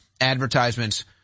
advertisements